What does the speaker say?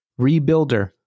Rebuilder